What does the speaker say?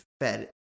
fed